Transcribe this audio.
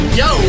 yo